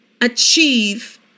achieve